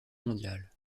mondial